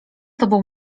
tobą